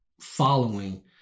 following